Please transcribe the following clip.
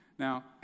Now